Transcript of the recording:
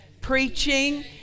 preaching